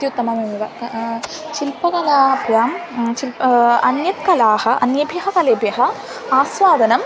अत्युत्तममेव कः शिल्पकलाभ्यां शिल्प अन्यत् कलाः अन्येभ्यः कलाभ्यः आस्वादनम्